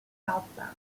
southbound